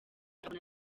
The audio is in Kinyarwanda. abona